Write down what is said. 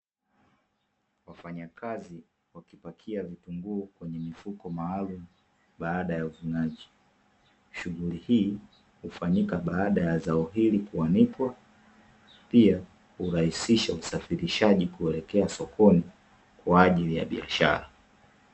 Wafanyakazi wakipakia vitunguu kwenye mifuko maalumu baada ya uvunaji. Shughuli hii hufanyika baada ya zao hili kuanikwa, pia hurahisisha usafirishaji kuelekea sokoni kwaajili ya biashara.